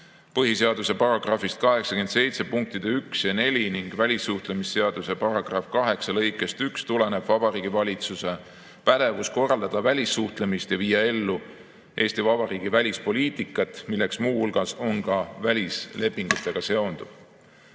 Põhiseaduse § 87 punktidest 1 ja 4 ning välissuhtlemisseaduse § 8 lõikest 1 tuleneb Vabariigi Valitsuse pädevus korraldada välissuhtlemist ja viia ellu Eesti Vabariigi välispoliitikat, milleks muu hulgas on välislepingutega